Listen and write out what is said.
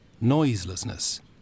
noiselessness